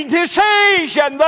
decision